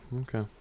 Okay